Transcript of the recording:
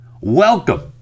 Welcome